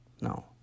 no